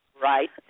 Right